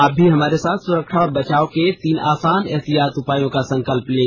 आप भी हमारे साथ सुरक्षा और बचाव के तीन आसान एहतियाती उपायों का संकल्प लें